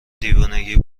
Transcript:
دیوونگی